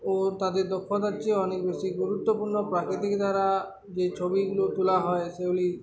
ও তাদের দক্ষতার চেয়ে অনেক বেশি গুরুত্বপূর্ণ প্রাকৃতিক দ্বারা যে ছবিগুলো তোলা হয় সেগুলি